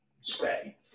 stay